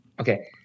Okay